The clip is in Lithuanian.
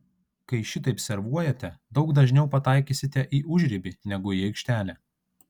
kai šitaip servuojate daug dažniau pataikysite į užribį negu į aikštelę